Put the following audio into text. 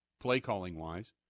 play-calling-wise